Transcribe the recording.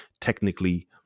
technically